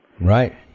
Right